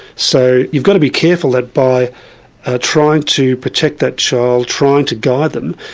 so you've got to be careful that by ah trying to protect that child, trying to guide them,